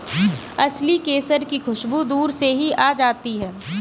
असली केसर की खुशबू दूर से ही आ जाती है